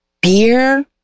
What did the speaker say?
beer